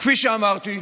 כפי שאמרתי,